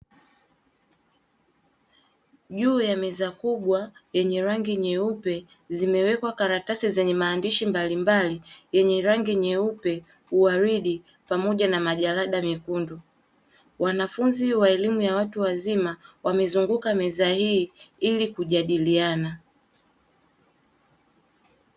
Juu ya meza kubwa yenye rangi nyeupe zimewekwa karatasi zenye maandishi mbalimbali yenye rangi: nyeupe, uwaridi, pamoja na majalada mekundu; wanafunzi wa elimu ya watu wazima wamezunguka meza hii ili kujadiliana.